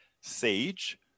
sage